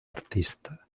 artista